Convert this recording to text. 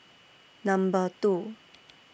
Number two